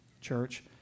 church